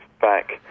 back